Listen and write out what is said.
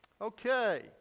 Okay